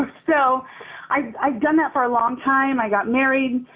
so i've i've done that for a long time. i got married,